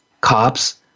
cops